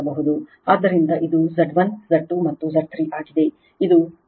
ಆದ್ದರಿಂದ ಇದು Z1 Z2 ಮತ್ತುZ 3 ಆಗಿದೆ ಇದು ಫಿಗರ್ 7 ಆಗಿದೆ